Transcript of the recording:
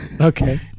Okay